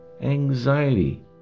anxiety